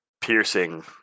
piercing